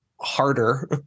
harder